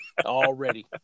Already